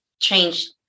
change